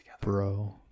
Bro